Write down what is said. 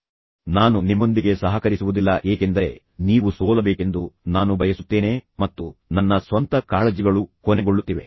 ಆದ್ದರಿಂದ ನಾನು ನಿಮ್ಮೊಂದಿಗೆ ಸಹಕರಿಸುವುದಿಲ್ಲ ಏಕೆಂದರೆ ನೀವು ಸೋಲಬೇಕೆಂದು ನಾನು ಬಯಸುತ್ತೇನೆ ಮತ್ತು ನಿಮ್ಮೊಂದಿಗೆ ಸಹಕರಿಸುವ ಮೂಲಕ ನನ್ನ ಸ್ವಂತ ಕಾಳಜಿಗಳು ಕೊನೆಗೊಳ್ಳುತ್ತಿವೆ